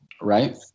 right